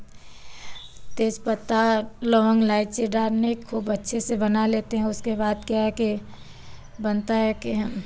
तेजपत्ता लौंग इलायची डालने खूब अच्छे से बना लेते हैं उसके बाद क्या है कि बनता है कि